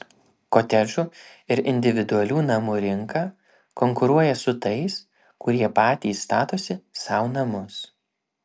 kotedžų ir individualių namų rinka konkuruoja su tais kurie patys statosi sau namus